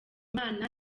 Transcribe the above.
imana